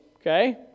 okay